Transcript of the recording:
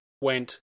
went